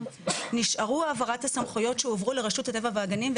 נשארו העברת הסמכויות שהועברו לרשות הטבע והגנים.